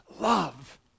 love